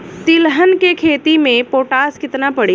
तिलहन के खेती मे पोटास कितना पड़ी?